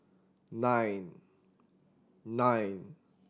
nine